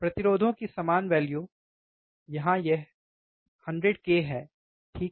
प्रतिरोधों की समान वैल्यु यहां यह 100 k है ठीक है